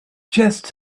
chest